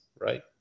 right